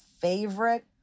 favorite